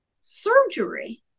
surgery